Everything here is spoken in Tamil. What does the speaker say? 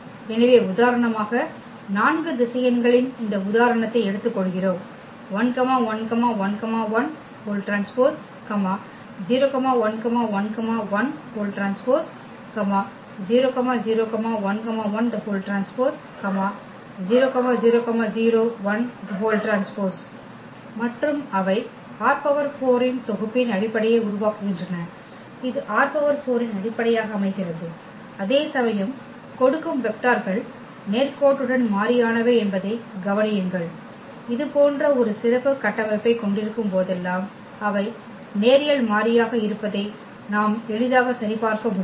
எனவே உதாரணமாக 4 திசையன்களின் இந்த உதாரணத்தை எடுத்துக்கொள்கிறோம் 1 1 1 1T 0 1 1 1T 0 0 1 1T 0 0 0 1T மற்றும் அவை ℝ4 தொகுப்பின் அடிப்படையை உருவாக்குகின்றன இது ℝ4 இன் அடிப்படையாக அமைகிறது அதே சமயம் கொடுக்கும் வெக்டார்கள் நேர்கோட்டுடன் மாறியானவை என்பதைக் கவனியுங்கள் இதுபோன்ற ஒரு சிறப்புக் கட்டமைப்பைக் கொண்டிருக்கும்போதெல்லாம் அவை நேரியல் மாறியாக இருப்பதை நாம் எளிதாக சரிபார்க்க முடியும்